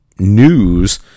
News